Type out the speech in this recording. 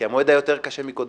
כי המועד היה יותר קשה מקודמו.